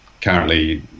currently